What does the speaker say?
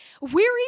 Weary